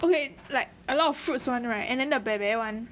okay like a lot of fruits [one] right and and the bear bear [one]